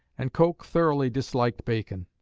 and coke thoroughly disliked bacon.